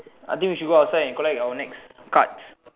I think we should go outside and collect our next cards